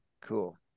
cool